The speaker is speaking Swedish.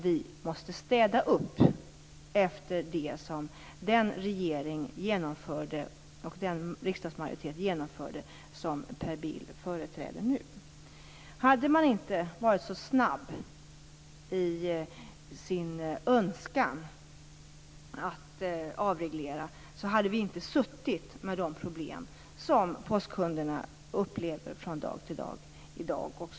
Vi måste nu städa upp efter det som genomfördes av den dåvarande riksdagsmajoriteten och av den regering som Per Bill var anhängare till. Om man inte hade varit så snabb i sin önskan att avreglera, skulle vi i dag inte ha haft de problem som postkunderna nu från dag till dag upplever.